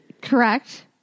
Correct